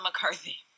McCarthy